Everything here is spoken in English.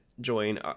join